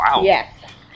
Yes